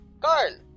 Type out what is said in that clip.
Carl